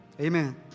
Amen